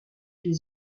les